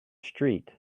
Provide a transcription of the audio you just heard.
street